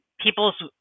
people's